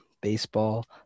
baseball